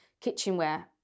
kitchenware